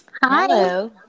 Hello